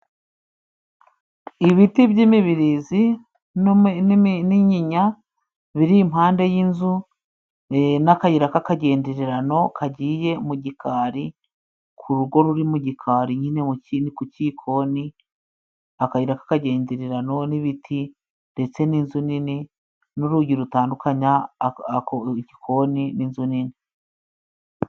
Ibiti by'imibirizi n'inyinya biri impande y'inzu n'akayira k'agendererano kagiye mu gikari ku rugo ruri mu gikari nyine ku cyikoni, akayira k'akagendererano n'ibiti ndetse n'inzu nini n'urugi rutandukanya igikoni n'inzu nini.